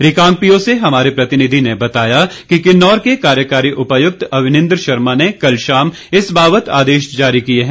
रिकांगपिओ से हमारे प्रतिनिधि ने बताया कि किन्नौर के कार्यकारी उपायुक्त अवनिंद्र शर्मा ने कल शाम इस बाबत आदेश जारी किए हैं